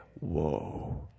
Whoa